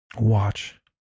watch